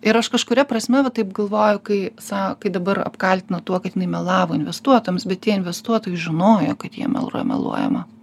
ir aš kažkuria prasme va taip galvoju kai sa kai dabar apkaltino tuo kad jinai melavo investuotojams bet tie investuotojai žinojo kad jiem yra meluojama